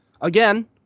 Again